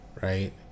right